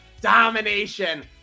domination